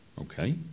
Okay